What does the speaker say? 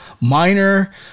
minor